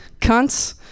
Cunts